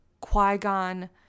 Qui-Gon